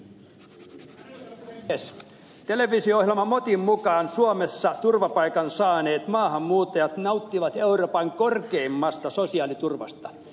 televisio ohjelma motin mukaan suomessa turvapaikan saaneet maahanmuuttajat nauttivat euroopan korkeimmasta sosiaaliturvasta